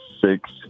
six